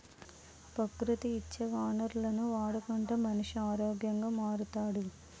ప్రకృతి ఇచ్చే వనరులను వాడుకుంటే మనిషి ఆరోగ్యంగా మారుతాడు